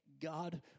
God